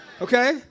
Okay